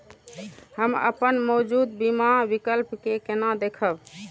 हम अपन मौजूद बीमा विकल्प के केना देखब?